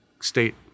state